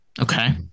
okay